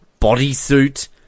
bodysuit